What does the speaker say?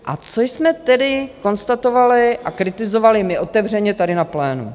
A co jsme tedy konstatovali a kritizovali my otevřeně tady na plénu?